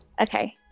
Okay